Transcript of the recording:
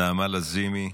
נעמה לזימי,